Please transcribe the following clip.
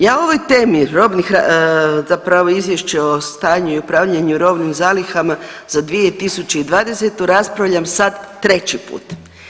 Ja o ovoj temi, zapravo Izvješće o stanju i o upravljanju robnim zalihama za 2020. raspravljam sad treći put.